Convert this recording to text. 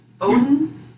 Odin